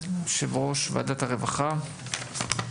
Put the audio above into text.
יושב-ראש ועדת הרווחה.